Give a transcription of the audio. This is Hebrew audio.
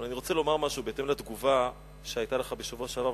אבל אני רוצה לומר משהו בהתאם לתגובה שהיתה לך בשבוע שעבר,